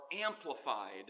amplified